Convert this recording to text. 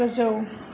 गोजौ